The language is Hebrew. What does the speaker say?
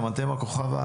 אתה אמרת תומכי דיור.